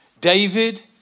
David